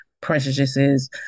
prejudices